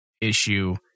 issue